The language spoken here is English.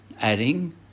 adding